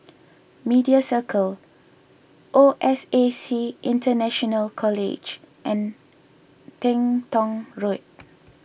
Media Circle O S A C International College and Teng Tong Road